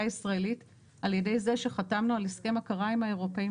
הישראלית על ידי זה שחתמנו על הסכם הכרה עם האירופאים,